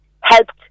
helped